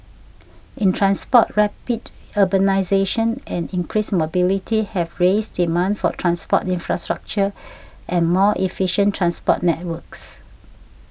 in transport rapid urbanisation and increased mobility have raised demand for transport infrastructure and more efficient transport networks